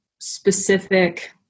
specific